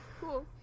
cool